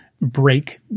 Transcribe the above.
break